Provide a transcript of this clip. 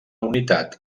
unitat